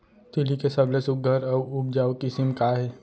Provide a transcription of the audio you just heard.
तिलि के सबले सुघ्घर अऊ उपजाऊ किसिम का हे?